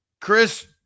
Chris